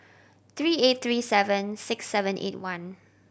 three eight three seven six seven eight one